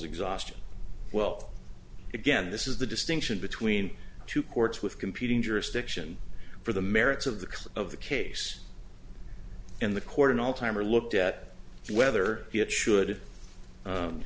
exhaustion well again this is the distinction between two courts with competing jurisdiction for the merits of the close of the case and the court and all time are looked at whether it should